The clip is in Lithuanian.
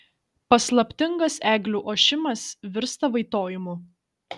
paslaptingas eglių ošimas virsta vaitojimu